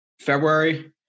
February